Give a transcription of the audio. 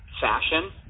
fashion